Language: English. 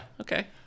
Okay